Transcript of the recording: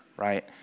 Right